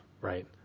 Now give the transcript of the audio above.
Right